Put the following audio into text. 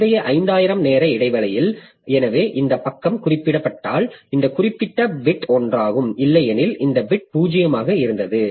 முந்தைய 5 000 நேர இடைவெளியில் எனவே இந்தப் பக்கம் குறிப்பிடப்பட்டால் இந்த குறிப்பிட்ட பிட் ஒன்றாகும் இல்லையெனில் இந்த பிட் 0 ஆக இருந்தது